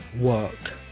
work